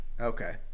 Okay